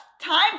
time